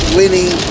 winning